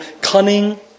cunning